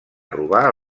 robar